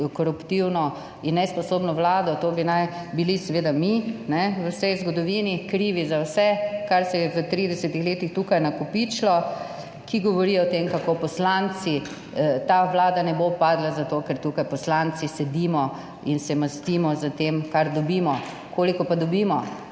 koruptivno in nesposobno Vlado - to bi naj bili seveda mi, ne v vsej zgodovini krivi za vse kar se je v 30 letih tukaj nakopičilo -, ki govori o tem kako poslanci, ta Vlada ne bo padla zato, ker tukaj poslanci sedimo in se mastimo za tem kar dobimo. Koliko pa dobimo?